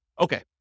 Okay